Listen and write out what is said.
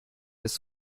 des